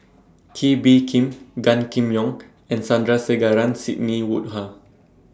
Kee Bee Khim Gan Kim Yong and Sandrasegaran Sidney Woodhull